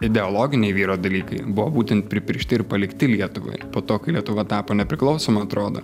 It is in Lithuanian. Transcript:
ideologiniai vyro dalykai buvo būtent pripiršti ir palikti lietuvai po to kai lietuva tapo nepriklausoma atrodo